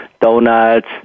donuts